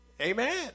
Amen